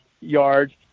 yards